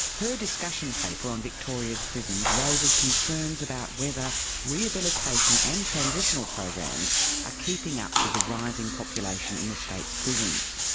her discussion paper on victoria's prisons raises concerns about whether rehabilitation and transitional programs are keeping up with the rising population in the state's prisons.